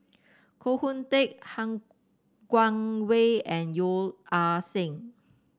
Koh Hoon Teck Han Guangwei and Yeo Ah Seng